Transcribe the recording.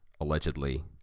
allegedly